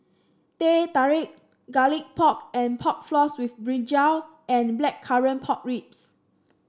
Teh Tarik Garlic Pork and Pork Floss with brinjal and Blackcurrant Pork Ribs